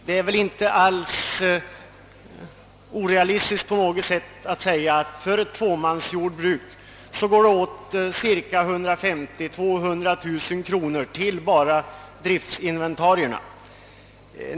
Det är väl inte på något sätt orealistiskt att räkna med att det för ett tvåmansjordbruk går åt 150 000—200 000 kronor bara till driftinventarierna.